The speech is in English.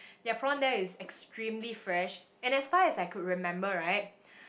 their prawn there is extremely fresh and as far as I could remember right